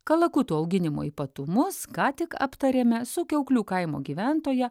kalakutų auginimo ypatumus ką tik aptarėme su kiauklių kaimo gyventoja